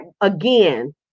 Again